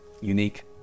unique